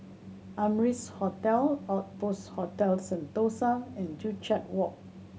Amrise Hotel Outpost Hotel Sentosa and Joo Chiat Walk